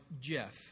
Jeff